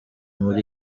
muri